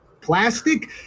Plastic